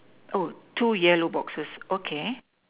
oh two yellow boxes okay